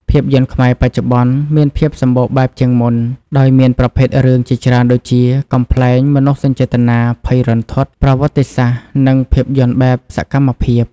ភាពយន្តខ្មែរបច្ចុប្បន្នមានភាពសម្បូរបែបជាងមុន ដោយមានប្រភេទរឿងជាច្រើនដូចជា កំប្លែង មនោសញ្ចេតនា ភ័យរន្ធត់ ប្រវត្តិសាស្ត្រ និងភាពយន្តបែបសកម្មភាព។